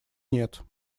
нет